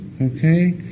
Okay